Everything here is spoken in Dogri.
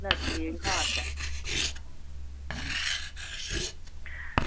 एलर्जी दी बड़ी खारिश